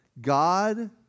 God